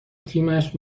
تیمش